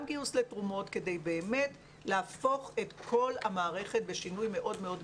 גיוס תרומות כדי להפוך את כל המערכת בשינוי מאוד מאוד גדול,